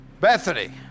Bethany